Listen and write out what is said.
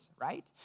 right